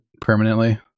permanently